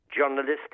journalistic